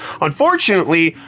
Unfortunately